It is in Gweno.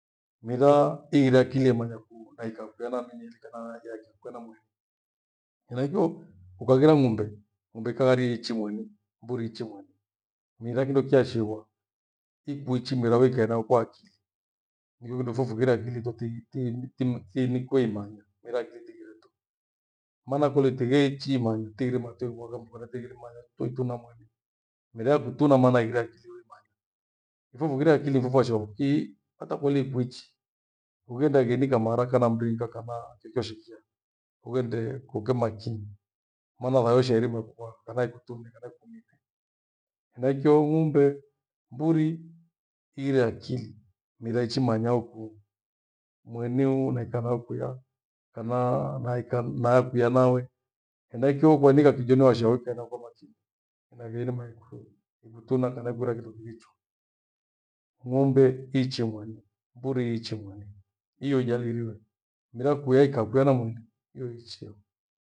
Mera ighirre akili yemanyaku naikakukwiyana minyiri kana hajayakwiyana mburi. Henaicho ukaghira ng'ombe, ng'ombe ikaghirie iichi mweni, mburi iiichi mweni mera kindo keachiwa ukwiichi mera uikeenayo kwa akili. Mirudefoefaro akili zote tighi tighi nikoimanya mera nkiriti kiretoo. Maana kule tighi ichi mwanya, tighire mateo wakatighire mmanya tui tui na mwali mera ikutuna mwana ile akiri ile mbali. Mvuvuire akili mvuvuoshioo hii hata kwili kwichi, uwinde ighinika mara, khana mringa, khana kwekiyoshikia uwinde kukimakini manahayosheri mwaipokwa kana ikutume kana ikuwine. Henaikyo ng'ombe mburi ighire akili mira ichi manya uku mweniu naikana ukwiya kana naikwianae kenaikyo kueninga kijo naushauyi ukaye nae kwa makinyi. Inagheirima ikweyi ikutuna kana ikwira kindo kiicho. Ng'ombe iichi mwani, mburi ichi mwani hiyo ijadiliwe mira kwia ikakwiya mweri hiyo ichio. Yemanyaifwe ifughire akili kana kole yeekuichi chochoshe kia ughende kule makini maana saa yoyoyshe yarima